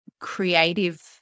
creative